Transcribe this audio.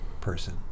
person